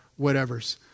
whatevers